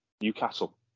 Newcastle